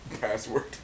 password